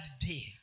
day